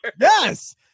Yes